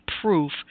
proof